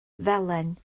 felen